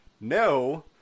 No